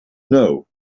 know